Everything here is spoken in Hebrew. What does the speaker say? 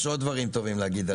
ויש עוד דברים טובים להגיד עליו.